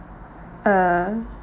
ah